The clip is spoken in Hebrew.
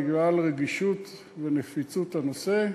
בגלל רגישות ונפיצות הנושא: